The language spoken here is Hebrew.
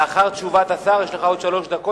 לאחר תשובת השר יש לך עוד שלוש דקות